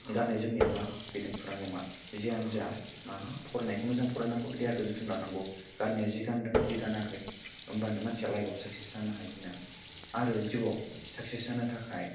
गाननाय जोमनाया मा बेजों फुरा नङा जियानो जा मानो फरायनायखौ मोजां फरायनांगौ देहाखौ जोथोन लानांगौ गाननाया जि गान्दों जि गानाखै होनबानो मानसिया लाइफआव साक्सेस जानो हायोनो आरो जिउआव साक्सेस जानो थाखाय